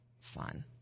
fun